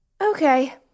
Okay